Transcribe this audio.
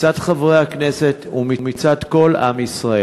מצד חברי הכנסת ומצד כל עם ישראל.